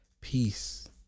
peace